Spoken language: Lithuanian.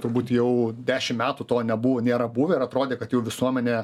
turbūt jau dešim metų to nebuvo nėra buvę ir atrodė kad jau visuomenė